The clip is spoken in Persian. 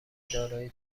دارای